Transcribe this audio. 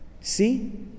See